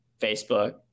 facebook